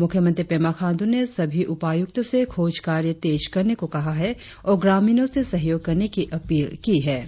मुख्यमंत्री पेमा खाण्डू ने सभी उपायुक्तों से खोज कार्य तेज करने को कहा है और ग्रामीणों से सहयोग करने कि अपील की है